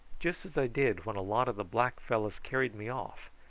just as i did when a lot of the black fellows carried me off.